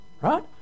right